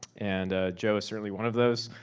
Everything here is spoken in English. and joe is certainly one of those.